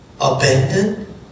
abandoned